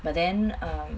but then um